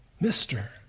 mister